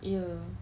ya